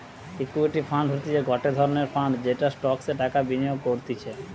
equity fund হতিছে গটে ধরণের ফান্ড যেটা স্টকসে টাকা বিনিয়োগ করতিছে